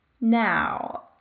now